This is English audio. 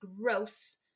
gross